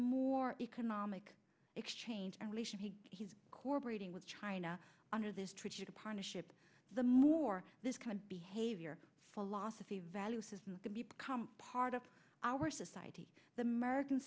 more economic exchange and relation he has core breeding with china under this strategic partnership the more this kind of behavior philosophy value system can be become part of our society the merican